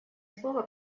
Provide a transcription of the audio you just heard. слово